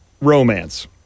Romance